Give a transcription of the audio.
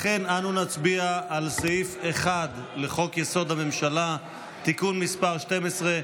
לכן אנו נצביע על סעיף 1 לחוק-יסוד: הממשלה (תיקון מס' 12)